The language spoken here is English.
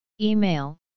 Email